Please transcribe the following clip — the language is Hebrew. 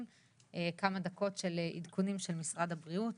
כמה דקות של עדכונים של משרד הבריאות,